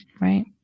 right